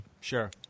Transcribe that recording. Sure